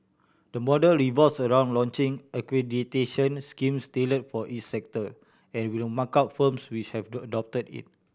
the model revolves around launching accreditation schemes tailored for each sector and will mark out firms which have adopted it